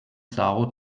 são